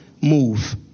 move